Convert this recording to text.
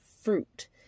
fruit